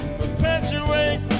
perpetuate